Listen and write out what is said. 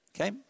okay